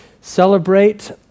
celebrate